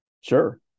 Sure